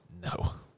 No